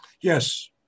yes